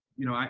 you know, i,